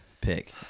pick